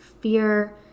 fear